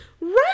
Right